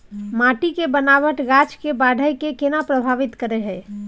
माटी के बनावट गाछ के बाइढ़ के केना प्रभावित करय हय?